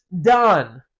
done